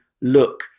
look